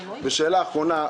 שאלה אחרונה.